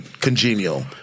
congenial